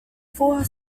four